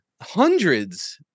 hundreds